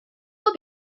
will